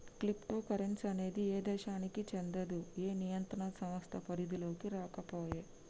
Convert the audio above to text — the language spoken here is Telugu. క్రిప్టో కరెన్సీ అనేది ఏ దేశానికీ చెందదు, ఏ నియంత్రణ సంస్థ పరిధిలోకీ రాకపాయే